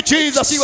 Jesus